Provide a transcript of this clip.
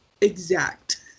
exact